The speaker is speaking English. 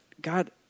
God